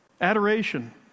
Adoration